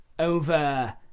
Over